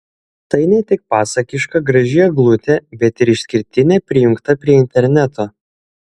tai net tik pasakiška graži eglutė bet ir išskirtinė prijungta prie interneto